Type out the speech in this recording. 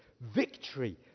victory